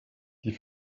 die